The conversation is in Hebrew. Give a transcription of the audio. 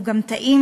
הוא גם טעים,